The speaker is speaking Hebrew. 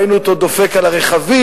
ראינו אותו דופק על הרכבים,